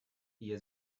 ehe